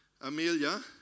Amelia